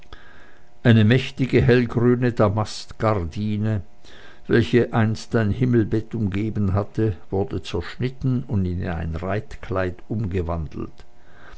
eine mächtige hellgrüne damastgardine welche einst ein himmelbett umgeben hatte wurde zerschnitten und in ein reitkleid umgewandelt